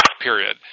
period